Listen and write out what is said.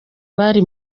bari